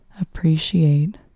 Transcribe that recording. appreciate